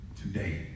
today